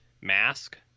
mask